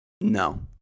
No